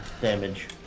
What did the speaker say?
damage